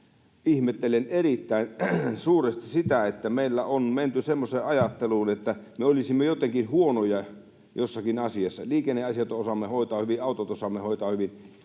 ihmettelen erittäin suuresti sitä, että meillä on menty semmoiseen ajatteluun, että me olisimme jotenkin huonoja jossakin asiassa. Liikenneasiat osaamme hoitaa hyvin, autot osaamme hoitaa hyvin,